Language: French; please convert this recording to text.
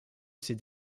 ces